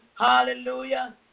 Hallelujah